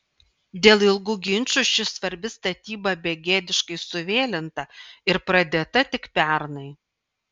dėl ilgų ginčų ši svarbi statyba begėdiškai suvėlinta ir pradėta tik pernai